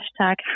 hashtag